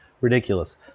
ridiculous